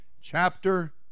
chapter